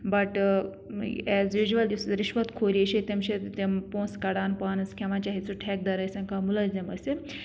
Bhat as usual یُس روشوت خوری چھِ تِم چھِ تِم پونٛسہٕ کڑان پانس کھیٚوان چاہے سُہ ٹھیٚکدر ٲسِن کانٛہہ مُلٲزم ٲسِن